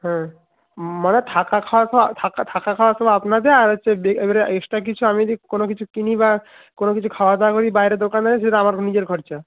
হ্যাঁ মানে থাকা খাওয়া সব থাকা থাকা খাওয়া সব আপনাদের আর হচ্ছে বে এবারে এক্সট্রা কিছু আমি যদি কোনও কিছু কিনি বা কোনও কিছু খাওয়া দাওয়া করি বাইরে দোকানে সেটা আমার নিজের খরচা